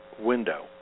window